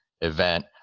event